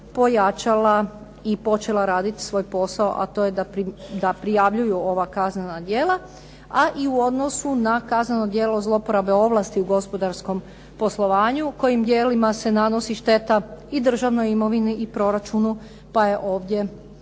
pojačala i počela raditi svoj posao, a to je da prijavljuju ova kaznena djela, a i u odnosu na kazneno djelo zloporabe ovlasti u gospodarskom poslovanju, kojim djelima se nanosi šteta i državnoj imovini i proračunu, pa je ovdje